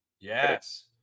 Yes